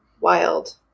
wild